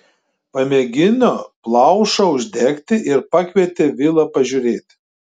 pamėgino plaušą uždegti ir pakvietė vilą pažiūrėti